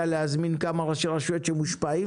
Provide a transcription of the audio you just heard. להזמין כמה ראשי רשויות שמושפעים מזה.